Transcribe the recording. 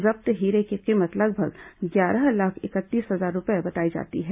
जब्त हीरे की कीमत लगभग ग्यारह लाख इकतीस हजार रूपये बताई जा रही है